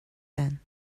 then